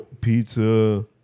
pizza